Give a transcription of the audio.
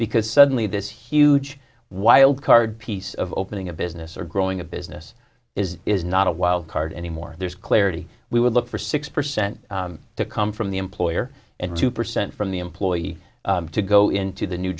because suddenly this he huge wild card piece of opening a business or growing a business is is not a wild card anymore and there's clarity we would look for six percent to come from the employer and two percent from the employee to go into the new